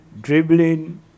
dribbling